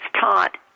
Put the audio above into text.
taught